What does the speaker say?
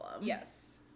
Yes